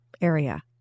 area